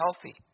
healthy